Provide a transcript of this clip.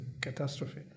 catastrophe